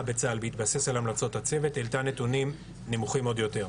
בצה"ל בהתבסס על המלצות הצוות העלתה נתונים נמוכים עוד יותר.